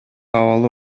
абалы